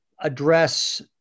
address